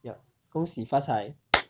ya 恭喜发财